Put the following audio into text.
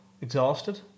exhausted